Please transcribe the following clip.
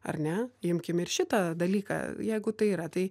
ar ne imkim ir šitą dalyką jeigu tai yra tai